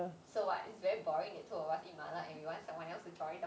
so what it's very boring that two of us eat mala and we want someone else to join the